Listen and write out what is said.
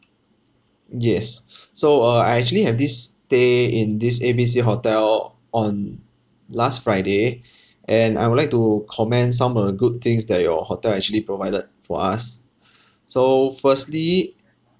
yes so uh I actually have this stay in this A B C hotel on last friday and I would like to commend some of the good things that your hotel actually provided for us so firstly